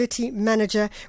manager